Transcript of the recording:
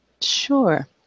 Sure